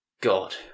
God